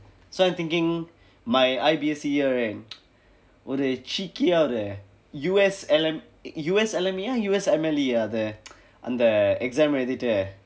so I'm thinking my I_B_S_C year right ஒரு:oru cheeky ah ஒரு:oru U_S_L_M_A U_S_L_M_A ah U_S_M_L_E ah அந்த:antha exam எழுதிட்டு:ezhuthitdu